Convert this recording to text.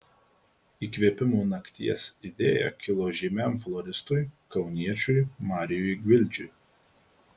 įkvėpimo nakties idėja kilo žymiam floristui kauniečiui marijui gvildžiui